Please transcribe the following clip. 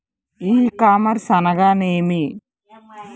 ఈ కామర్స్ అనగానేమి?